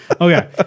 Okay